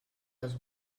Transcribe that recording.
els